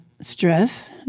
stress